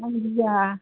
आं गिया